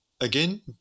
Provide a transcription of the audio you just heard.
again